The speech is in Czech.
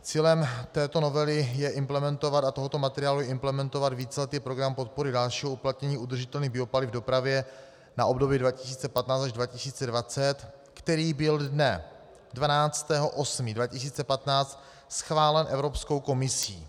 Cílem této novely a tohoto materiálu je implementovat Víceletý program podpory dalšího uplatnění udržitelných biopaliv v dopravě na období 2015 až 2020, který byl dne 12. 8. 2015 schválen Evropskou komisí.